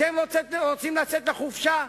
אתם רוצים לצאת לחופשה?